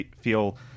feel